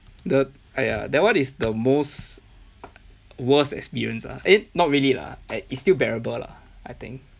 the !aiya! that one is the most worst experience ah eh not really lah uh it's still bearable lah I think